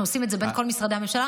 אנחנו עושים את זה בין כל משרדי הממשלה.